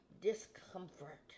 discomfort